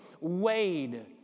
weighed